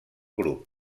grup